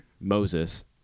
Moses